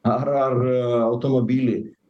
ar ar automobilį